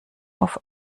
auf